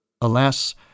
Alas